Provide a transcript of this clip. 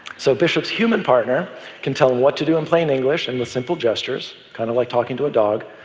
so, bishop's human partner can tell what to do in plain english and with simple gestures, kind of like talking to a dog,